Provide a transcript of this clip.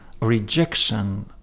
rejection